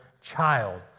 child